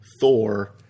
Thor